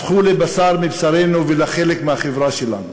הפכו לבשר מבשרנו ולחלק מהחברה שלנו.